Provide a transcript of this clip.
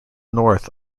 north